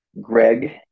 Greg